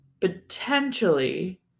potentially